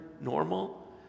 normal